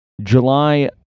July